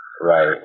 Right